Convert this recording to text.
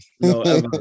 No